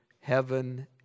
heaven